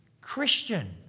Christian